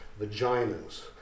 vaginas